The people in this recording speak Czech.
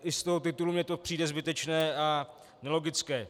I z toho titulu mi to přijde zbytečné a nelogické.